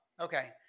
okay